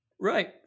Right